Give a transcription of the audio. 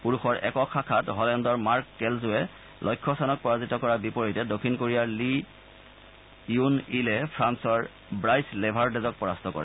পূৰুষৰ একক শাখাত হলেণ্ডৰ মাৰ্ক কেলজোৱে লক্ষ্য সেনক পৰাজিত কৰাৰ বিপৰীতে দক্ষিণ কোৰিয়াৰ লি য়ুন ইলে ফ্ৰান্সৰ ৱাইছ লেভাৰডেজক পৰাস্ত কৰে